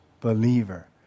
believer